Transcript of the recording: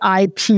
IP